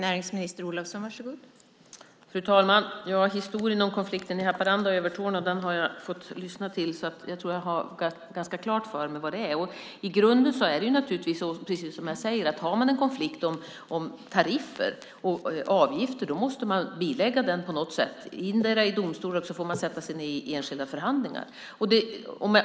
Fru talman! Historien om konflikten i Haparanda och Övertorneå har jag fått lyssna till, så jag tror att jag har ganska klart för mig vad det handlar om. I grunden är det naturligtvis precis som jag säger: Har man en konflikt om tariffer och avgifter måste man bilägga den på något sätt - endera i domstol eller genom att sätta sig ned i enskilda förhandlingar.